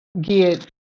get